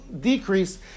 decrease